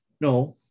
no